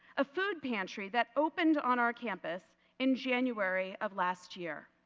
a food pantry that opened on our campus in january of last year.